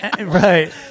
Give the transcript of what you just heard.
right